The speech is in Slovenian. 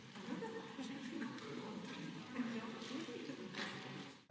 Hvala